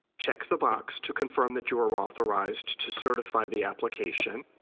check the box to confirm that you are authorized to certify the application,